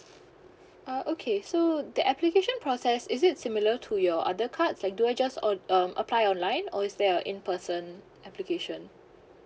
uh okay so the application process is it similar to your other cards like do I just ord~ um apply online or is that a in person application